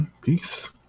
Peace